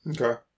Okay